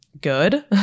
good